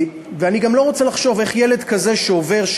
אני גם לא רוצה לחשוב איך ילד כזה שעובר,